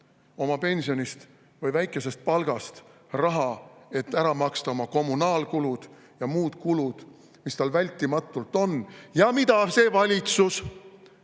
oma pensionist või väikesest palgast raha kõrvale, et maksta ära oma kommunaalkulud ja muud kulud, mis tal vältimatult on ja mida see valitsus